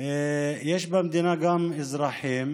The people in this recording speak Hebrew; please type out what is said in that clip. יש במדינה גם אזרחים